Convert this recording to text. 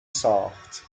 ساخت